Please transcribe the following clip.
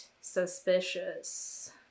Suspicious